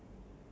mmhmm